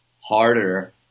harder